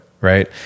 right